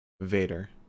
Vader